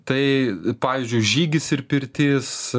tai pavyzdžiui žygis ir pirtis